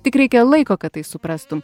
tik reikia laiko kad tai suprastum